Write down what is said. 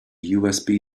usb